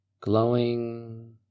Glowing